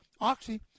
Oxy